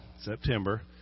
September